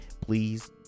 Please